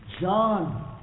John